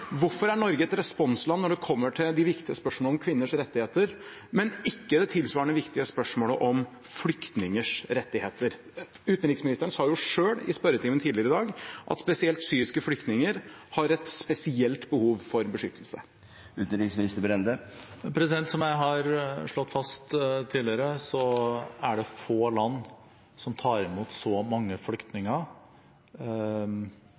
Hvorfor er Norge et responsland når det kommer til det viktige spørsmålet om kvinners rettigheter, men ikke det tilsvarende viktige spørsmålet om flyktningers rettigheter? Utenriksministeren sa jo selv i spørretimen tidligere i dag at syriske flyktninger har et spesielt behov for beskyttelse. Som jeg har slått fast tidligere, er det få land som tar imot så mange